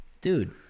Dude